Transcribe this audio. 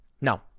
No